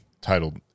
titled